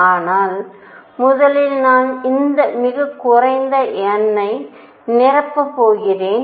ஆனால் முதலில் நான் இந்த மிகக் குறைந்த n ஐ நிரப்பப் போகிறேன்